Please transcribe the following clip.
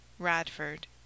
Radford